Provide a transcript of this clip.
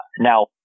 Now